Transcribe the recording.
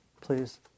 Please